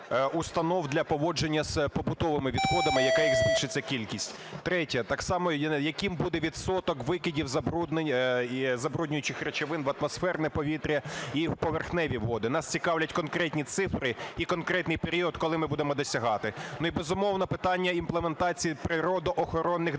установ для поводження з побутовими відходами, яка їх збільшиться кількість. Третє. Так само, яким буде відсоток викидів забруднюючих речовин в атмосферне повітря і в поверхневі води? Нас цікавлять конкретні цифри і конкретний період, коли ми будемо досягати. Ну, і, безмовно, питання імплементації природоохоронних директив.